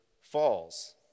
falls